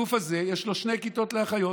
הגוף הזה, יש בו שתי כיתות לאחיות.